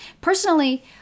Personally